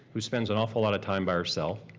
who spends an awful lot of time by herself,